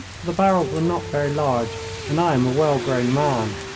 the barrels were not very large and i am a well-grown man.